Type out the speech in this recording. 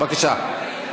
בבקשה.